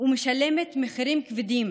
ומשלמת מחירים כבדים,